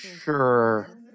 Sure